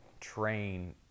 train